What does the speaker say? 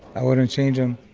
i wouldn't change them.